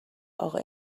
اقا